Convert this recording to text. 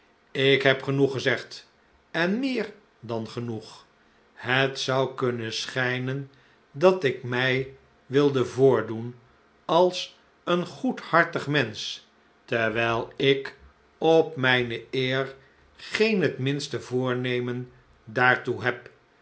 ik heb genoeg gezegd en meer dan genoeg het zou kunnen schijnen dat ik mij wilde voordoen als een goedhartig mensch terwijl ik op mijne eer geen het minste voornemen daartoe heb